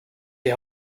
die